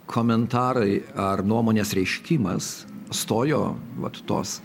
komentarai ar nuomonės reiškimas stojo vat tos